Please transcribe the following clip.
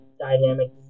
dynamic